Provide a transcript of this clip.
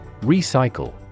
recycle